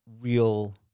real